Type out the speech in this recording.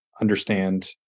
understand